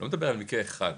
אני לא מדבר על מקרה אחד,